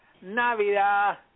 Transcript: Navidad